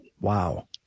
Wow